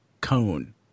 cone